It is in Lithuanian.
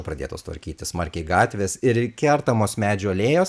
pradėtos tvarkyti smarkiai gatvės ir kertamos medžių alėjos